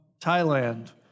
Thailand